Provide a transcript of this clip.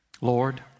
Lord